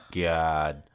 God